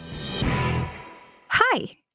Hi